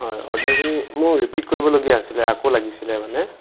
হয় অৰ্ডাৰখিনি মোৰ ৰিপিট কৰিবলগীয়া আছিলে আকৌ লাগিছিলে মানে